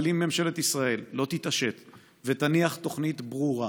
אבל אם ממשלת ישראל לא תתעשת ותניח תוכנית ברורה